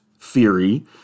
theory